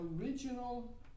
original